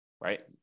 right